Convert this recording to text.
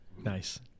Nice